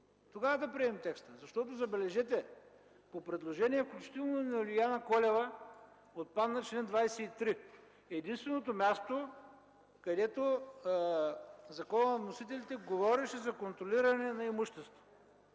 тогава да приемем текста. Защото, забележете, по предложение, включително на Юлиана Колева, отпадна чл. 23 – единственото място, където в законопроекта на вносителите се говореше за контролиране на имущество.